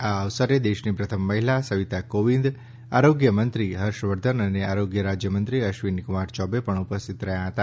આ અવસરે દેશની પ્રથમ મહિલા સવિતા કોવિંદ આરોગ્યમંત્રી હર્ષવર્ધન અને આરોગ્ય રાજ્યમંત્રી અશ્વિની કુમાર ચૌબે પણ ઉપસ્થિત રહ્યા હતા